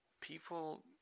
people